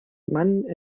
man